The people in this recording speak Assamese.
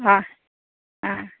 অঁ অঁ